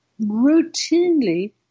routinely